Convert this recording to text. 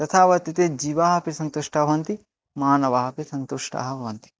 तथा भवति ते जीवाः अपि सन्तुष्टाः भवन्ति मानवाः अपि सन्तुष्टाः भवन्ति